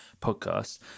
podcast